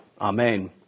Amen